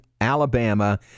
Alabama